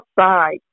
outside